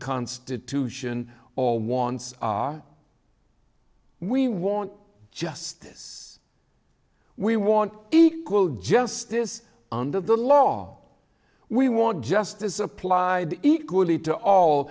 constitution or once we want justice we want equal justice under the law we want justice applied equally to all